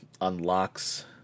unlocks